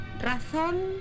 Razón